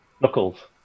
Knuckles